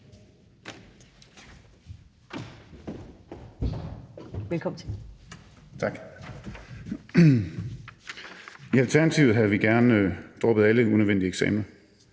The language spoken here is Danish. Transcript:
Gejl (ALT): Tak. I Alternativet havde vi gerne droppet alle unødvendige eksamener.